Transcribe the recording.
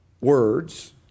words